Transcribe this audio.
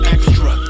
Extra